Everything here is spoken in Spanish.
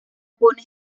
pone